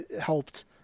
helped